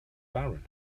barren